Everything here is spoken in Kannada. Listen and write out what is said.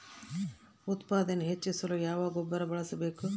ಉತ್ಪಾದನೆ ಹೆಚ್ಚಿಸಲು ಯಾವ ಗೊಬ್ಬರ ಬಳಸಬೇಕು?